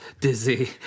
dizzy